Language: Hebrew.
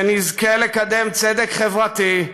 שנזכה לקדם צדק חברתי,